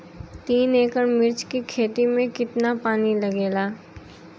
तीन एकड़ मिर्च की खेती में कितना पानी लागेला?